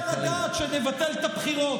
זה לא יעלה על הדעת שנבטל את הבחירות.